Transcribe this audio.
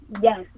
yes